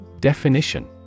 Definition